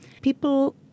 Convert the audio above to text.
People